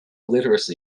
literacy